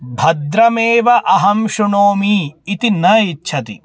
भद्रमेव अहं शृणोमि इति न इच्छति